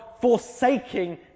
forsaking